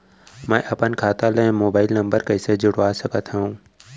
मैं अपन खाता ले मोबाइल नम्बर कइसे जोड़वा सकत हव?